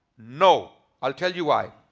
no. i'll tell you why.